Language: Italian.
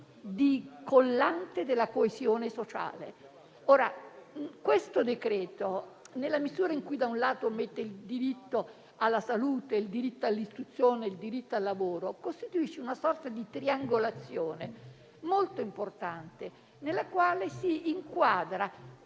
di collante della coesione sociale. Il decreto-legge in esame, nella misura in cui sottolinea il diritto alla salute, il diritto all'istruzione e il diritto al lavoro, stabilisce una sorta di triangolazione molto importante, nella quale si inquadra